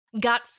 got